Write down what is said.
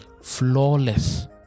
Flawless